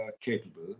capable